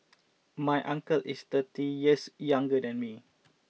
my uncle is thirty years younger than me